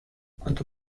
cuanto